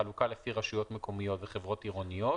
בחלוקה לפי רשויות מקומיות וחברות עירוניות